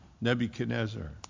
Nebuchadnezzar